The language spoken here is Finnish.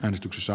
äänestyksessä